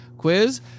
quiz